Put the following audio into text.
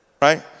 Right